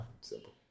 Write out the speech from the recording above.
Simple